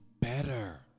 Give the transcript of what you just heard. better